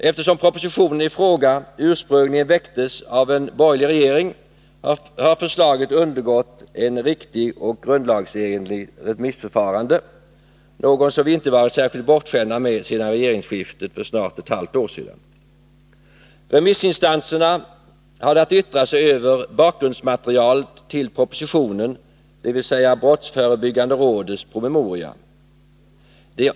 Eftersom propositionen i fråga ursprungligen väcktes av en borgerlig regering har förslaget undergått ett riktigt och grundlagsenligt remissförfarande, något som vi inte varit särskilt bortskämda med sedan regeringsskiftet för snart ett halvt år sedan. Remissinstanserna hade att yttra sig över bakgrundsmaterialet till propositionen, dvs. brottsförebyggande rådets promemoria.